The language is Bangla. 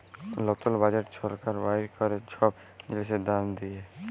লতুল বাজেট ছরকার বাইর ক্যরে ছব জিলিসের দাম দিঁয়ে